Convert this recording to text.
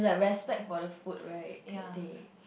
a respect for the food right that they